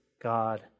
God